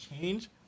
change